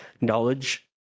knowledge